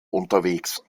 unterwegs